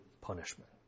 punishment